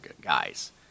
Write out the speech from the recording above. guys